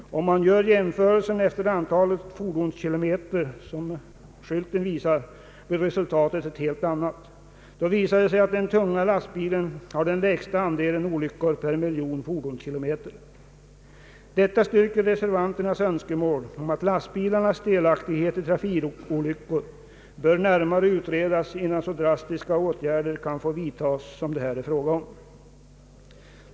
Om man gör jämförelser efter antalet fordonskilometer — som nu visas på bildskärmen — blir resultatet ett helt annat. Då visar det sig att den tunga lastbilen har den lägsta andelen olyckor per miljon fordonskilometer. Detta styrker reservanternas önskemål om att lastbilarnas delaktighet i trafik olyckor bör närmare utredas innan så drastiska åtgärder kan få vidtagas, som det här är fråga om.